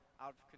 out